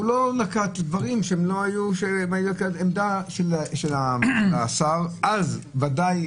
והוא לא נקט בעמדה של השר אז ודאי,